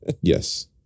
Yes